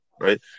right